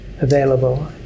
available